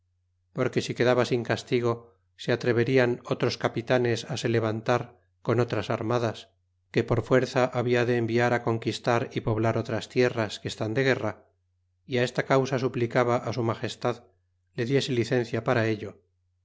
porque si quedaba sin castigo se atreverian otros capitanes se levantar con otras armadas que por fuerza habia de enviar á conquistar y poblar otras tierras que están de guerra é esta causa suplicaba á su magestad le diese licencia para ello